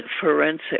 forensic